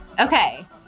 Okay